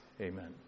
Amen